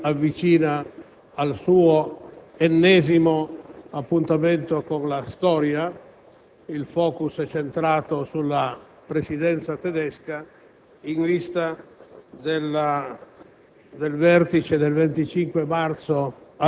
La costruzione europea si avvicina al suo ennesimo appuntamento con la storia; il *focus* è centrato sulla Presidenza tedesca in vista del